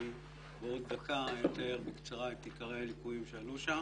בעוד דקה אתאר בקצרה את עיקרי הליקויים שעלו שם.